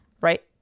Right